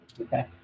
Okay